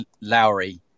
Lowry